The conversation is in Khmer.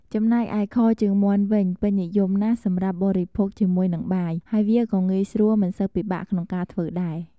ចំណែកឯ ខជើងមាន់វិញពេញនិយមណាស់សម្រាប់បរិភៅគជាមួយនឹងបាយ ហើយវាក៏ងាយស្រួលមិនសូវពិបាកក្នុងការធ្វើដែរ។